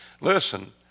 Listen